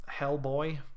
Hellboy